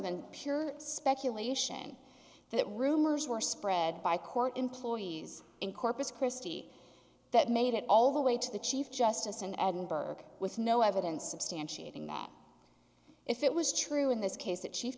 than pure speculation that rumors were spread by court employees in corpus christi that made it all the way to the chief justice in edinburg with no evidence substantiating that if it was true in this case